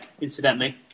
Incidentally